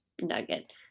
nugget